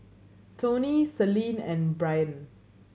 Toni Celine and Brain